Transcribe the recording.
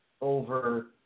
over